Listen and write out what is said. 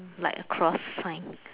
like a cross sign